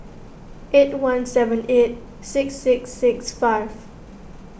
eight one seven eight six six six five